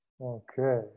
Okay